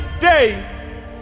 day